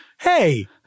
Hey